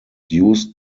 used